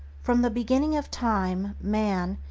from the beginning of time, man,